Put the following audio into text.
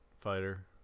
fighter